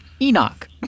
Enoch